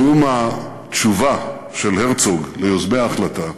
נאום התשובה של הרצוג ליוזמי ההחלטה